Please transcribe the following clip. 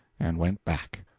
and went back.